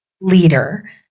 leader